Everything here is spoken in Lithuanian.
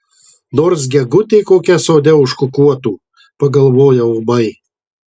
nors gegutė kokia sode užkukuotų pagalvojau ūmai